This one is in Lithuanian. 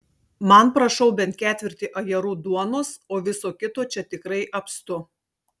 man prašau bent ketvirtį ajerų duonos o viso kito čia tikrai apstu